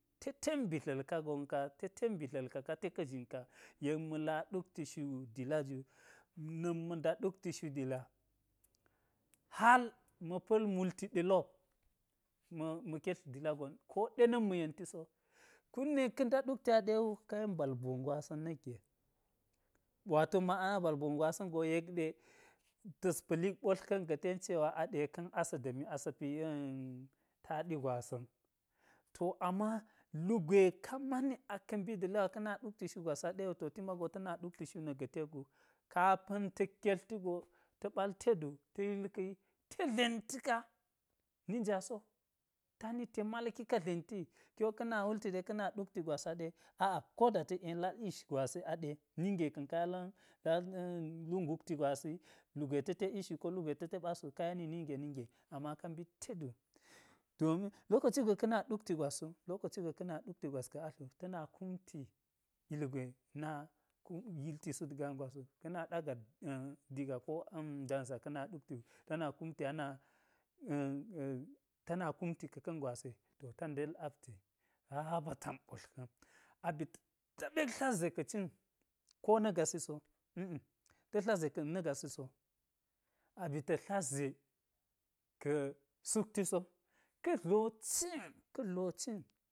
Te ten bidla̱lka gon ka, te ten bidla̱lka ka, te ka̱ zhin ka. Yek ma̱ la ɗukti shu dila ju, na̱k ma̱ nda ɗukti shu dila hal ma pa̱l multi ɗe lop ma̱ ketl dila gon so, ko ɗe na̱m ma̱ yenti so. Kun ɗe ka̱ nda ɗukti aɗe wu, ka yen bal buu gwasa̱n na̱k ge. Wato maˈana bal buu gwasa̱n go yek ɗe ta̱s pa̱lik ɓotlka̱n ga̱ ten cewa aɗe ka̱n asa̱ da̱mi asa̱ pi to ama lu gwe ka mani aka̱ mbi dila wu, ka̱ na ɗukti shu gwas wu to ti ma̱ wu ata̱ nima ɗukti shu na̱k ga̱ tek gu, kapa̱n ta̱k ketlti go ta̱ ɓal teɗu, ta̱ yil ka̱ yi te dlenti ka. Ni nja so, tani te malki ka dlenti ki wo ka̱ na wulti ɗe ka̱ na ɗukti gwas aɗe, aa ko da ta̱k yen lal ish gwasi aɗe, ninge ka̱n ka ya la lu ngukti gwasi, lu gwe ta̱ te ishi, ko lu gwe ta̱ te ɓas wu, ka yeni ningeninge ama ka mbit teɗu. Domin lokoci gwe ka̱ na ɗukti gwas wu, lokoci gwe ka̱ na ɗukti gwas ka̱ atl wu ta̱ na kumti ilgwe na yilti sut gaa gwas wu, ka̱ na ɗagat diga ko danza ka̱ na ɗukti wu ta na kumti ta na ka̱ ka̱n gwasi to ta ndel apti. Sabatam ɓotlka̱n a bik taɓek dlat ze ka̱ cin so ko na̱ gasi so, a̱ma̱m ta̱ ze ka̱ na̱ gasi so, a ba̱ta̱ tle ka̱ sukti so, ka̱ dlo cin ka̱ dlo cin